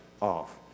off